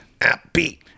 Happy